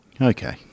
Okay